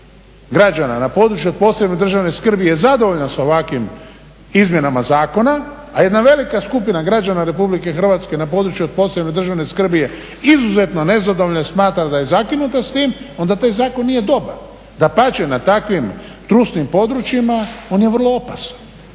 građana na području od posebne državne skrbi je zadovoljna sa ovakvim izmjenama zakona, a jedna velika skupina građana Republike Hrvatske na području od posebne državne skrbi je izuzetno nezadovoljna jer smatra da je zakinuta s tim onda taj zakon nije dobar. Dapače, na takvim trusnim područjima on je vrlo opasan